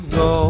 go